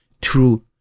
true